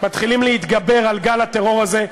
מתחילים להתגבר על גל הטרור הזה,